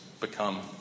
become